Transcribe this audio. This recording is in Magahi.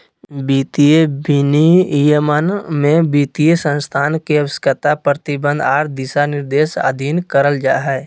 वित्तीय विनियमन में वित्तीय संस्थान के आवश्यकता, प्रतिबंध आर दिशानिर्देश अधीन करल जा हय